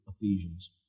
Ephesians